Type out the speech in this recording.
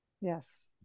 Yes